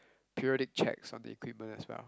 periodic checks on the equipment as well